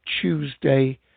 Tuesday